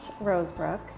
Rosebrook